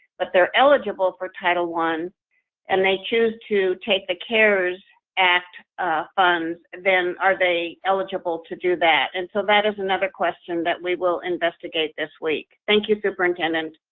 but they're eligible for title one and they choose to take the cares act uhh funds then are they eligible to do that? and so that is another question that we will investigate this week. thank you superintendent.